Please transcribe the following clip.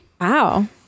Wow